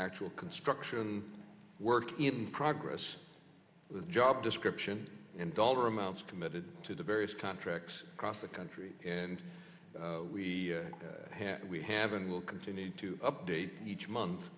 actual construction work in progress the job description and dollar amounts committed to the various contracts across the country and we have we have and will continue to update each month